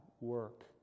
work